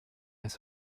his